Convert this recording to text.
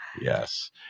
Yes